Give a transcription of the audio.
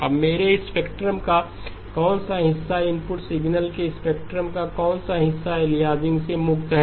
अब मेरे स्पेक्ट्रम का कौन सा हिस्सा इनपुट सिग्नल स्पेक्ट्रम का कौन सा हिस्सा अलियासिंग से मुक्त है